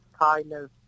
kindness